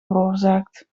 veroorzaakt